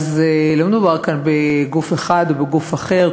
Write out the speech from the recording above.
לא מדובר כאן בגוף אחד או בגוף אחר.